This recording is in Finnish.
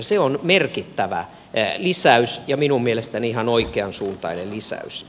se on merkittävä lisäys ja minun mielestäni ihan oikeansuuntainen lisäys